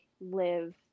live